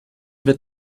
wird